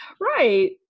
Right